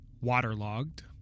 waterlogged